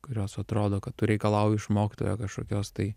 kurios atrodo kad tu reikalauji iš mokytojo kažkokios tai